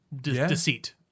deceit